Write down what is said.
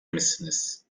misiniz